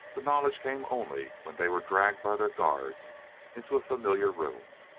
the knowledge came only when they were dragged by their guards into a familiar room.